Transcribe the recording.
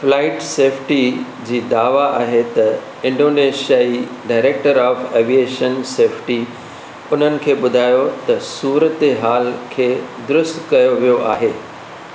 flight safety जी दावा आहे त इंडोनेशिया जी डायरेक्टर ऑफ़ एविएशन सेफ़्टी उन्हनि खे बु॒धायो त सूरत ऐं हाल खे दुरुस्त कयो वियो आहे